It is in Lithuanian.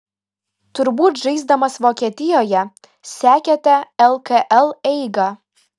turbūt žaisdamas vokietijoje sekėte lkl eigą